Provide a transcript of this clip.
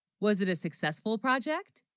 was it a successful project